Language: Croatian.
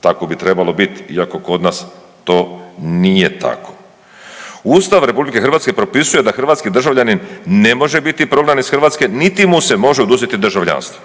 Tako bi trebalo biti, iako kod nas to nije tako. Ustav RH propisuje da hrvatski državljanin ne može biti prognan iz Hrvatske niti mu se može oduzeti državljanstvo.